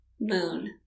moon